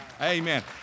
Amen